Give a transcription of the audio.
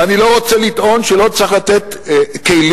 ואני לא רוצה לטעון שלא צריך לתת כלים